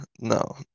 no